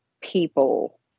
people